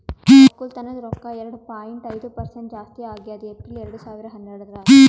ಒಕ್ಕಲತನದ್ ರೊಕ್ಕ ಎರಡು ಪಾಯಿಂಟ್ ಐದು ಪರಸೆಂಟ್ ಜಾಸ್ತಿ ಆಗ್ಯದ್ ಏಪ್ರಿಲ್ ಎರಡು ಸಾವಿರ ಹನ್ನೆರಡರಾಗ್